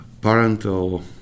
parental